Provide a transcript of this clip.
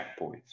checkpoints